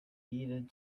needed